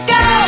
go